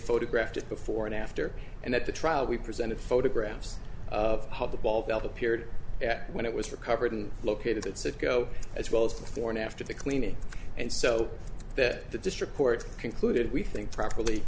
photographed it before and after and at the trial we presented photographs of how the ball valve appeared at when it was recovered and located at citgo as well as before and after the cleaning and so that the district court concluded we think properly